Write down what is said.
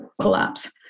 collapse